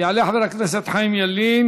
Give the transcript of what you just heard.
יעלה חבר הכנסת חיים ילין,